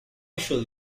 should